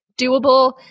doable